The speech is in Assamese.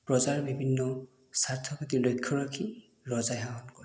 প্ৰজাৰ বিভিন্ন স্বাৰ্থৰ প্ৰতি লক্ষ্য ৰাখি ৰজাই শাসন কৰে